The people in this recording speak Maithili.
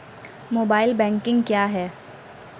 मोबाइल बैंकिंग क्या हैं?